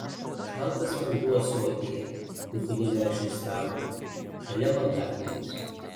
šaltas vanduo ąsotyje ant kunigaikščio stalo šalia maldaknygės